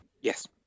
Yes